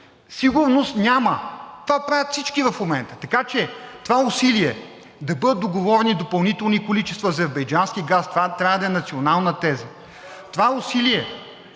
сигурност няма. Това правят всички в момента. Така че това усилие да бъдат договорени допълнителни количества азербайджански газ – това трябва да е национална теза, това усилие